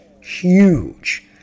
Huge